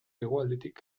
hegoaldetik